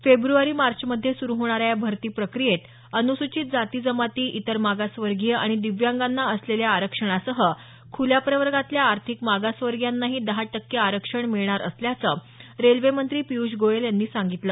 February मार्च मध्ये सुरु होणाऱ्या या भरती प्रक्रियेत अनुसूचित जाती जमाती इतर मागासवर्गीय आणि दिव्यांगांना असलेल्या आरक्षणासह खुल्या प्रवर्गातल्या आर्थिक मागासवर्गीयांनाही दहा टक्के आरक्षण मिळणार असल्याचं रेल्वेमंत्री पियूष गोयल यांनी सांगितलं